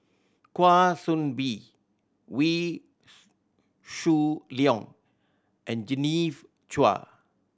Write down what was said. Kwa Soon Bee Wee Shoo Leong and Genevieve Chua